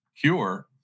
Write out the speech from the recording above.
cure